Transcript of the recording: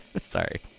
sorry